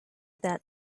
that